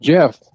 Jeff